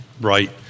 right